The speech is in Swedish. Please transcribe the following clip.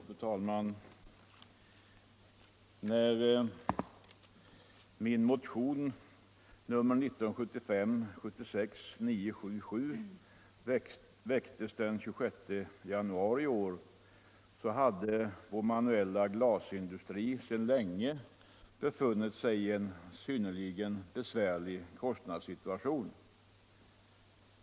Fru talman! När jag den 26 januari i år väckte motionen 1975/76:977 hade vår manuella glasindustri sedan länge befunnit sig i en synnerligen besvärlig kostnadssituation.